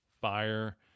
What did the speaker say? fire